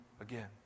Again